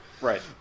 Right